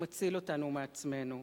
הוא מציל אותנו מעצמנו.